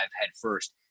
headfirst